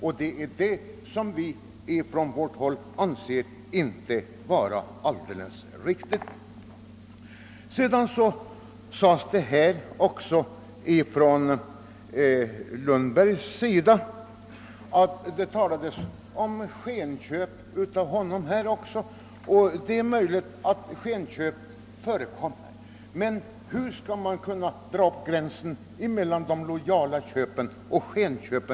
På vårt håll anser vi att detta inte är alldeles riktigt. Herr Lundberg talade om skenköp, och det är möjligt att sådana förekommer men hur skall man kunna dra upp gränsen mellan legala köp och skenköp.